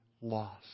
lost